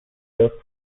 the